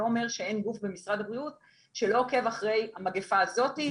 לא אומר שאין גוף במשרד הבריאות שעוקב אחרי המגיפה הזאת,